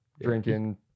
drinking